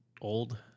old